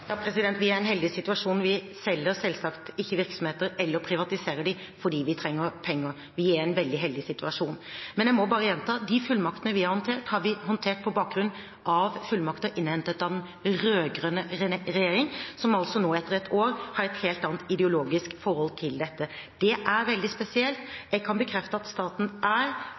Vi er i en heldig situasjon. Vi selger selvsagt ikke virksomheter – eller privatiserer dem – fordi vi trenger penger. Vi er i en veldig heldig situasjon. Men jeg må bare gjenta: De fullmaktene vi har håndtert, har vi håndtert på bakgrunn av fullmakter innhentet av den rød-grønne regjeringen – som altså nå, etter et år, har et helt annet ideologisk forhold til dette. Det er veldig spesielt. Jeg kan